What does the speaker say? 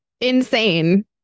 insane